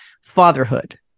fatherhood